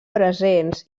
presents